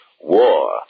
war